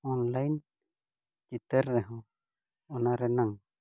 online ᱪᱤᱛᱟᱹᱨ ᱨᱮᱦᱚᱸ ᱚᱱᱟ ᱨᱮᱱᱟᱝ